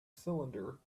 cylinder